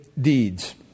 deeds